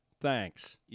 Thanks